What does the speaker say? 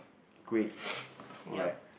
great alright